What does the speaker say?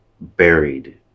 buried